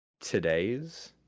today's